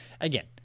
again